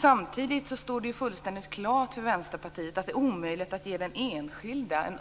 Samtidigt står det fullständigt klart för Vänsterpartiet att det är omöjligt att ge den enskilde